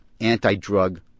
anti-drug